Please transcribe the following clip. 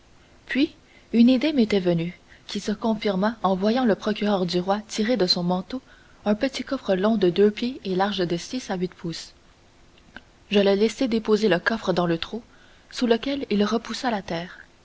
puis une idée m'était venue qui se confirma en voyant le procureur du roi tirer de son manteau un petit coffre long de deux pieds et large de six à huit pouces je le laissai déposer le coffre dans le trou sur lequel il repoussa la terre